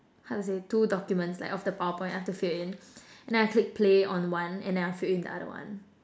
how to say two documents like of the PowerPoint I have to fill in and then I click play on one and I fill in the other one